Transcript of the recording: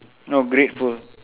no grateful